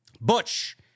Butch